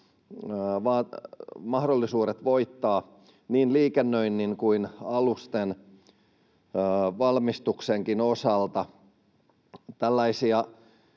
mahdollisuudet voittaa niin liikennöinnin kuin alusten valmistuksenkin osalta?